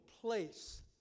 place